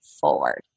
forward